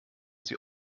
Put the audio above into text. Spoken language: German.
sie